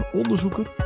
onderzoeker